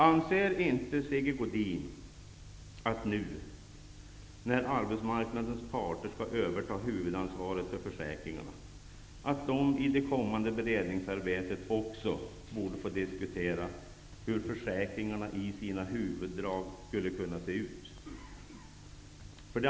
Anser inte Sigge Godin att arbetsmarknadens parter, som nu skall överta huvudansvaret för försäkringen, i det kommande beredningsarbetet också borde få diskutera hur försäkringarna i sina huvudrag skulle kunna se ut?